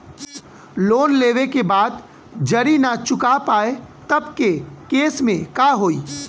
Loan लेवे के बाद जड़ी ना चुका पाएं तब के केसमे का होई?